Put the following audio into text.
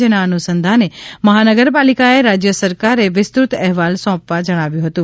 જેના અનુસંધાને મહાનગરપાલિકાને રાજય સરકારે વિસ્તૃત અહેવાલ સોંપવા જણાવ્યું હતું